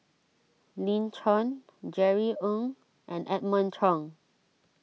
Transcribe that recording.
Lin Chen Jerry Ng and Edmund Cheng